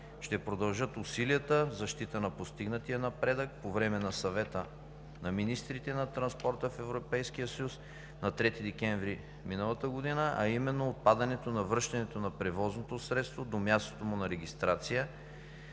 Ще продължат усилията в защита на постигнатия напредък по време на Съвета на министрите на транспорта в Европейския съюз на 3 декември миналата година, а именно – отпадането на връщането на превозното средство до мястото му на регистрация.